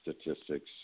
statistics